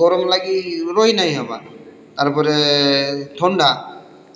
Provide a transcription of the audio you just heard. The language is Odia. ଗରମ୍ ଲାଗି ରହି ନାଇଁ ହେବାର୍ ତାର୍ ପରେ ଥଣ୍ଡା